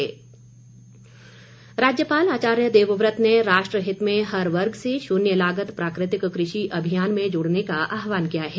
राज्यपाल राज्यपाल आचार्य देवव्रत ने राष्ट्रहित में हर वर्ग से शून्य लागत प्राकृतिक कृषि अभियान में जुड़ने का आह्वान किया है